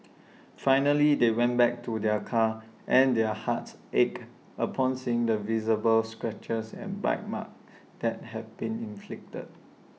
finally they went back to their car and their hearts ached upon seeing the visible scratches and bite marks that had been inflicted